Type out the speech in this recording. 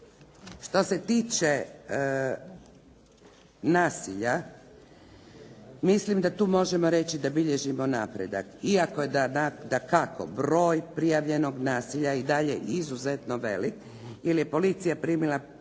Što se tiče nasilja, mislim da tu možemo reći da bilježimo napredak. Iako je dakako broj prijavljenog nasilja i dalje izuzetno velik, jer je policija primila 16